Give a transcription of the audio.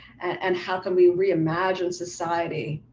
and how can we reimagine society,